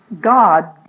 God